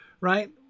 right